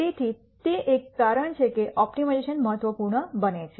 તેથી તે એક કારણ છે કે ઓપ્ટિમાઇઝેશન મહત્વપૂર્ણ બને છે